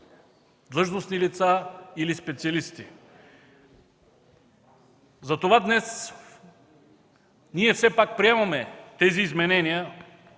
длъжностни лица или специалисти. Затова днес ние все пак приемаме тези изменения